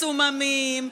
מסוממים,